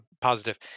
positive